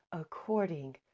according